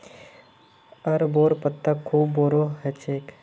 अरबोंर पत्ता खूब बोरो ह छेक